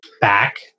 back